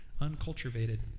Uncultivated